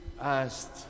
asked